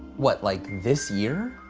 what like this year?